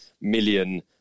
million